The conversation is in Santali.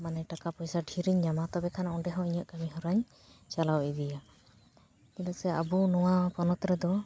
ᱢᱟᱱᱮ ᱴᱟᱠᱟ ᱯᱚᱭᱥᱟ ᱰᱷᱮᱨᱤᱧ ᱧᱟᱢᱟ ᱛᱚᱵᱮ ᱠᱷᱟᱱ ᱚᱸᱰᱮᱦᱚᱸ ᱤᱧᱟᱹᱜ ᱠᱟᱹᱢᱤ ᱦᱚᱨᱟᱧ ᱪᱟᱞᱟᱣ ᱤᱫᱤᱭᱟ ᱠᱤᱱᱛᱩ ᱥᱮ ᱟᱵᱚ ᱱᱚᱶᱟ ᱯᱚᱱᱚᱛ ᱨᱮᱫᱚ